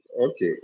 Okay